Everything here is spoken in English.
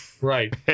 Right